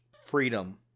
Freedom